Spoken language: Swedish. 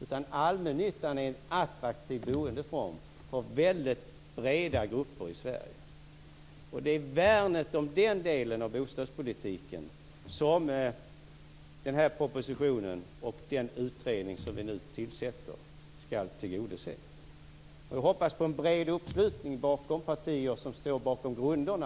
utan allmännyttan är en attraktiv boendeform för väldigt breda grupper i Sverige. Det är värnet om den delen av bostadspolitiken som den här propositionen och den utredning som vi nu tillsätter skall tillgodose. Jag hoppas på en bred uppslutning av partier som står bakom grunderna.